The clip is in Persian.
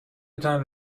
تان